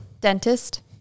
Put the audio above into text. Dentist